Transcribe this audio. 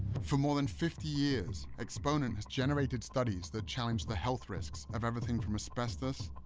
for more than fifty years, exponent has generated studies that challenge the health risks of everything from asbestos,